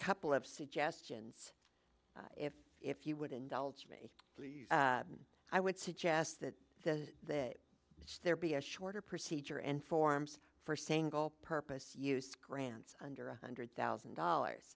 couple of suggestions if if you would indulge me i would suggest that the that there be a shorter procedure and forms for single purpose use grants under one hundred thousand dollars